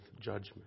judgment